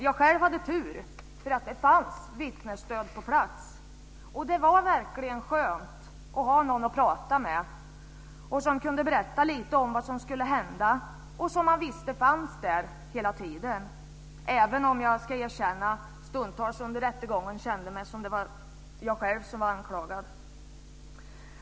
Jag själv hade tur - det fanns vittnesstöd på plats. Det var verkligen skönt att ha någon att prata med som kunde berätta lite om vad som skulle hända och som man visste fanns där hela tiden, även om jag ska erkänna att jag stundtals under rättegången kände det som att det var jag själv som var anklagad.